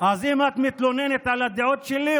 אז אם את מתלוננת על הדעות שלי,